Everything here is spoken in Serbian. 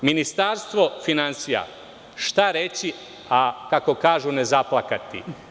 Ministarstvo finansija, šta reći a, kako kažu, ne zaplakati?